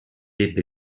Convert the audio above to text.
ebbe